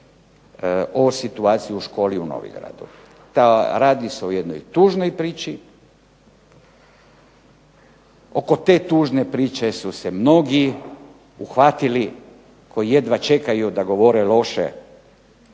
o situaciji u školi u Novigradu. Radi se o jednoj tužnoj priči, oko te tužne priče su se mnogi uhvatili koji jedva čekaju da govore loše